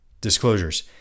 Disclosures